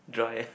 dry ah